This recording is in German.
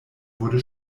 wurde